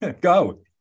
Go